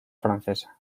francesa